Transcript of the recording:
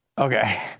Okay